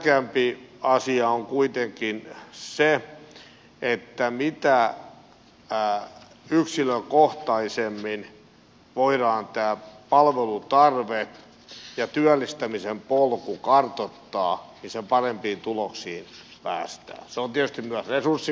vieläkin tärkeämpi asia on kuitenkin se että mitä yksilökohtaisemmin voidaan tämä palvelutarve ja työllistämisen polku kartoittaa sen parempiin tuloksiin päästään